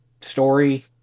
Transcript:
story